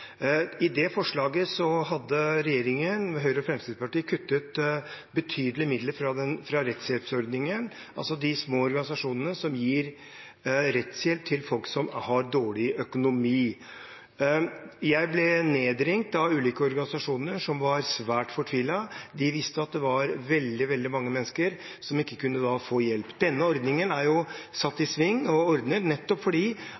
I det forslaget hadde regjeringen, Høyre og Fremskrittspartiet, kuttet betydelige midler fra rettshjelpsordningen, altså de små organisasjonene som gir rettshjelp til folk som har dårlig økonomi. Jeg ble nedringt av ulike organisasjoner som var svært fortvilet. De visste at det var veldig mange mennesker som ikke kunne få hjelp. Denne ordningen er satt i sving nettopp fordi